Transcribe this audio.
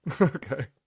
Okay